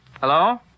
Hello